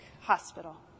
hospital